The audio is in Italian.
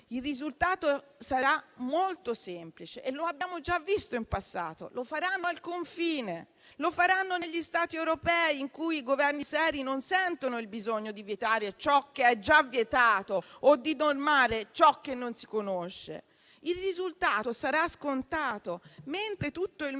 Il risultato sarà molto semplice e lo abbiamo già visto in passato. Faranno ricerca al confine, negli Stati europei dove Governi seri non sentono il bisogno di vietare ciò che è già vietato o di normare ciò che non si conosce. Il risultato sarà scontato: mentre tutto il